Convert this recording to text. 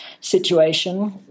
situation